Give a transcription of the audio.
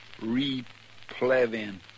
replevin